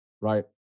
right